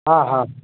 हा हा